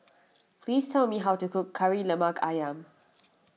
please tell me how to cook Kari Lemak Ayam